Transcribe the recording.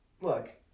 look